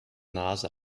nase